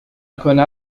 أكون